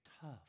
tough